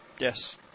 Yes